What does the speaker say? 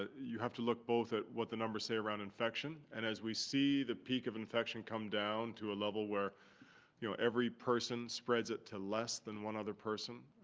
ah you have to look both at what the numbers say around infection. and as we see the peak of infection come down to a level where you know every person spreads it to less than one other person,